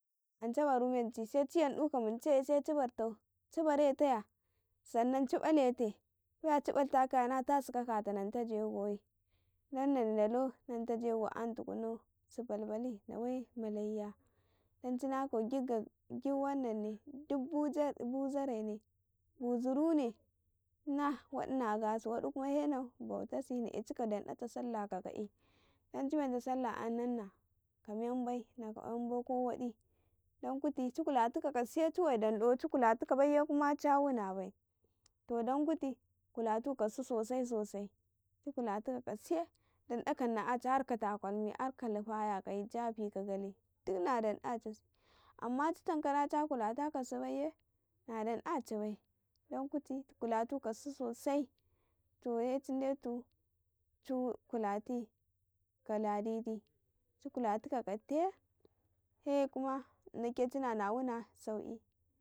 ﻿Ance bam menci se ci yandu ka munchaiye se ci bartau ci barata ya sa'anici ɗalete baya ci balakaya na tasi ka kata me nan ta jegoyi dan nan dalau nanta jes=ƙgo an tukuna sabalƃali nawe ma layya dan cinakau gid gid wannan ne buzarene, buzurune cina waɗi na gasi waɗi hma se na bautasi na e chika donɗata sallah ka ƙa'i dan ci menta sallah nahna ka menbai naka kwayin bai ko waɗi dan kuti ci kultiko ka sika kad taye ciwe dan dan ci kule tuka baiye na cha wuna bai, to dan kuti kulatu ka dusu ''yawan ci yawatansuna kaye danɗa kam na yaci har ka takalmi harka lufaya ka gyale gid na danɗa ci si amman ci tan ka cha kula ta ka dusu baiye na dan ɗa ci bai dan kuti ci kulatu kadusu sosai gam to he cin detu chi kulati ka ladede chi kulatu kkaduta ye he kuma inake cina na wuna ''sauki.